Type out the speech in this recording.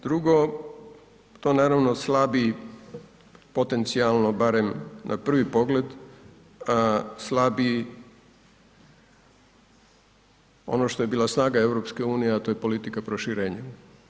Drugo, to naravno slabi potencijalno barem na prvi pogled, slabi ono što je bila snaga EU, a to je politika proširenjem.